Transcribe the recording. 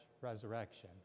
resurrection